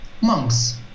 Monks